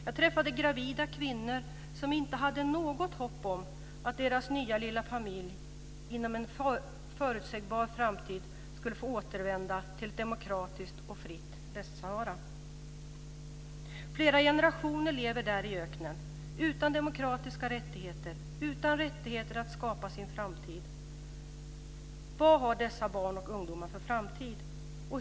Jag träffade gravida kvinnor som inte hade något hopp om att deras nya lilla familj inom en förutsägbar framtid skulle få återvända till ett demokratiskt och fritt Västsahara. Flera generationer lever i öknen, utan demokratiska rättigheter, utan rättigheter att skapa sin framtid. Vad har dessa barn och ungdomar för framtid?